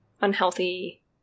unhealthy